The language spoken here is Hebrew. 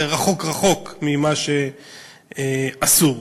זה רחוק-רחוק ממה שאסור.